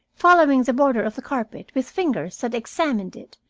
following the border of the carpet with fingers that examined it,